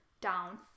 down